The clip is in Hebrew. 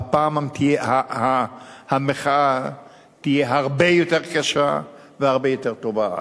והפעם המחאה תהיה הרבה יותר קשה והרבה יותר תובעת,